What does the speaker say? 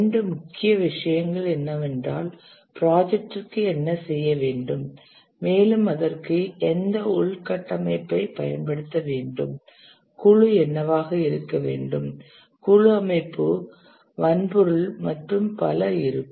இரண்டு முக்கிய விஷயங்கள் என்னவென்றால் ப்ராஜெக்டிற்கு என்ன செய்ய வேண்டும் மேலும் அதற்கு எந்த உள்கட்டமைப்பைப் பயன்படுத்த வேண்டும் குழு என்னவாக இருக்கும் குழு அமைப்பு வன்பொருள் மற்றும் பல இருக்கும்